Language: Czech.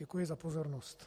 Děkuji za pozornost.